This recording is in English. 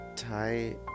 tie